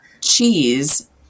cheese